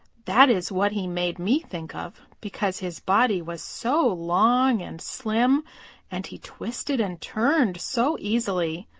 that is what he made me think of, because his body was so long and slim and he twisted and turned so easily.